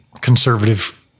conservative